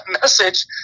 message